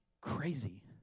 crazy